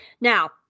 now